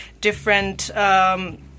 different